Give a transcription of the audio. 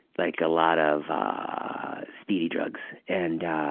like a lot of speed drugs and